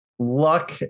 luck